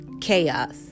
Chaos